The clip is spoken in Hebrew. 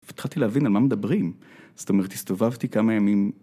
התחלתי להבין על מה מדברים, זאת אומרת הסתובבתי כמה ימים.